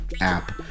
app